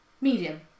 Medium